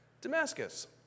Damascus